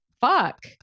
fuck